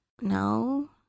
no